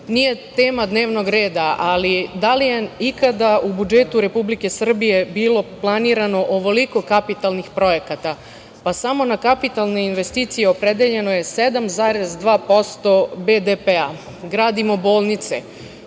tema dnevnog reda, ali da li je ikada u budžetu Republike Srbije bilo planirano ovoliko kapitalnih projekata? Samo na kapitalne investicije opredeljeno je 7,2% BDP. Gradimo bolnice.